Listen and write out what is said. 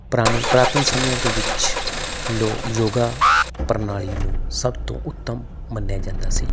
ਪੁਰਾਣੇ ਪੁਰਾਤਨ ਸਮਿਆਂ ਦੇ ਵਿੱਚ ਲੋਕ ਯੋਗਾ ਪ੍ਰਣਾਲੀ ਨੂੰ ਸਭ ਤੋਂ ਉੱਤਮ ਮੰਨਿਆ ਜਾਂਦਾ ਸੀ